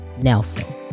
Nelson